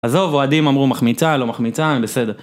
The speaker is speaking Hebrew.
עזוב, אוהדים אמרו מחמיצה, לא מחמיצה, בסדר.